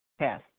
Yes